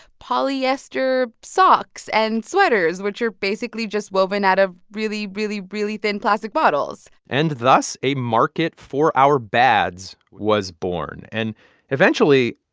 polyester socks and sweaters, which are basically just woven out of really, really, really thin plastic bottles and thus, a market for our bads was born. and eventually,